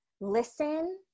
listen